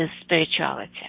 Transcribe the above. spirituality